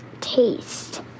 taste